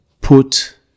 put